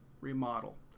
remodel